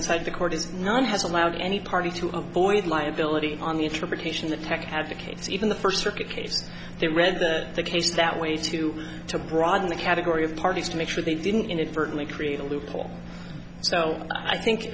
inside the court is no one has allowed any party to avoid liability on the interpretation that tech advocates even the first circuit case they read the case that way too to broaden the category of parties to make sure they didn't inadvertently create a loophole so i think